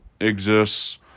exists